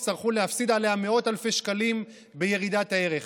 הם יצטרכו להפסיד עליה מאות אלפי שקלים בירידת הערך.